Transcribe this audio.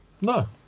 No